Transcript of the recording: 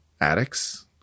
addicts